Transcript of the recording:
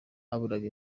haburaga